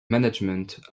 management